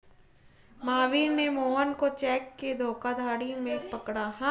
महावीर ने मोहन को चेक के धोखाधड़ी में पकड़ा